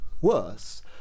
worse